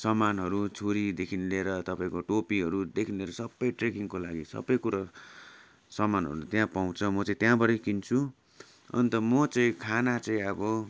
सामानहरू छुरीदेखि लिएर तपाईँको टोपीहरूदेखि लिएर सबै ट्रेकिङको लागि सबै कुरा समानहरू त्यहाँ पाउँछ म चाहिँ त्यहाँबाटै किन्छु अन्त म चाहिँ खाना चाहिँ अब